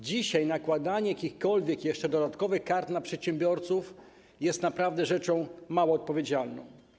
Dzisiaj nakładanie jakichkolwiek jeszcze dodatkowych kar na przedsiębiorców jest naprawdę rzeczą mało odpowiedzialną.